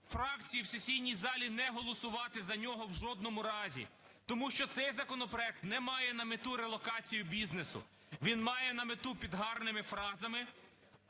фракції в сесійній залі не голосувати за нього в жодному разі. Тому що цей законопроект не має на меті релокацію бізнесу, він має на меті під гарними фразами,